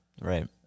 Right